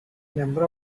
number